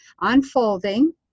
unfolding